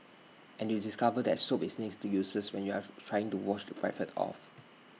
and you discover that soap is next to useless when you're trying to wash the graphite off